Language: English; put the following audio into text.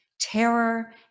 terror